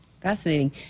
fascinating